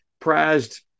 prized